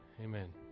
Amen